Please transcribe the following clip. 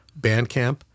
bandcamp